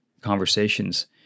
conversations